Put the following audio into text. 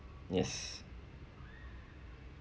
yes